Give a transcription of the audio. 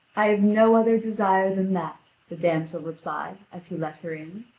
i have no other desire than that, the damsel replied, as he let her in.